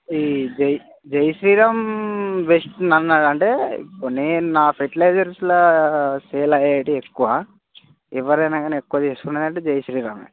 ఈ జై జై శ్రీరామ్ బెస్ట్ నన్ను అక్కడ అంటే నేను నా ఫెర్టిలైజర్స్లా సేల్ అయ్యేటివి ఎక్కువ ఎవరైనా కానీ ఎక్కువ తీసుకున్నది అంటే జై శ్రీరామే